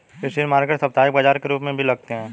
street market साप्ताहिक बाजार के रूप में भी लगते हैं